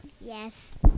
Yes